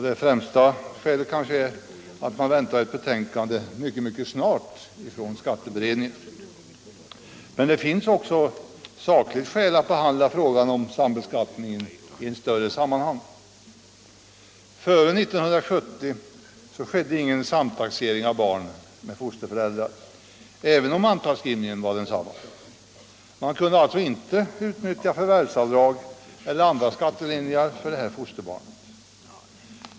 Det främsta skälet kanske är att ett betänkande väntas mycket snart. Det finns emellertid också sakliga skäl för att behandla frågan om 121 sambeskattningen i ett större sammanhang. Före 1970 skedde ingen sam taxering med barn och fosterföräldrar, även om mantalsskrivningsorten var densamma. Man kunde alltså inte utnyttja förvärvsavdrag eller andra skattelindringar för fosterbarnet.